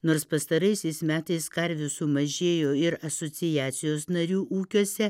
nors pastaraisiais metais karvių sumažėjo ir asociacijos narių ūkiuose